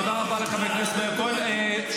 תודה רבה לחבר הכנסת מאיר כהן.